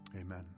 Amen